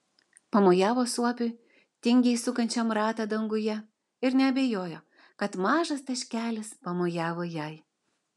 pamojavo suopiui tingiai sukančiam ratą danguje ir neabejojo kad mažas taškelis pamojavo jai